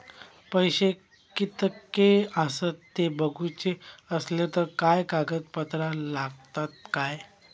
पैशे कीतके आसत ते बघुचे असले तर काय कागद पत्रा लागतात काय?